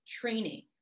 training